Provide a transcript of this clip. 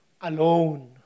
alone